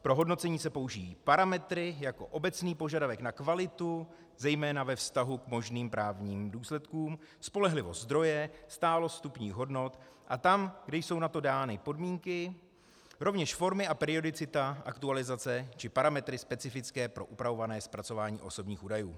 Pro hodnocení se použijí parametry jako obecný požadavek na kvalitu zejména ve vztahu k možným právním důsledkům, spolehlivost zdroje, stálost vstupních hodnot, a tam, kde jsou na to dány podmínky, rovněž forma a periodicita aktualizace a parametry specifické pro upravované zpracování osobních údajů.